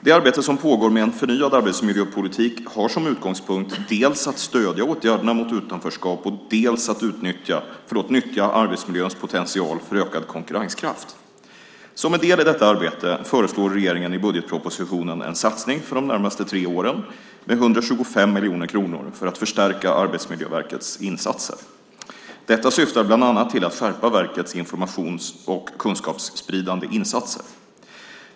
Det arbete som pågår med en förnyad arbetsmiljöpolitik har som utgångspunkt dels att stödja åtgärderna mot utanförskap, dels att nyttja arbetsmiljöns potential för ökad konkurrenskraft. Som en del i detta arbete föreslår regeringen i budgetpropositionen en satsning för de närmaste tre åren med 125 miljoner kronor för att förstärka Arbetsmiljöverkets insatser. Detta syftar bland annat till att skärpa verkets information och kunskapsspridande insatser.